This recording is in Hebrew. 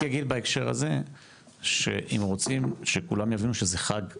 אני רק אגיד בהקשר הזה שאם רוצים שכולם יבינו שזה חג אזרחי,